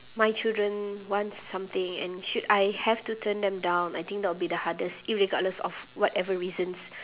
my children want something and should I have to turn them down I think that will be the hardest irregardless of whatever reasons